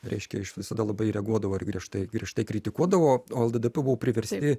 reiškia aš visada labai reaguodavau ir griežtai griežtai kritikuodavau o lddp buvo priversti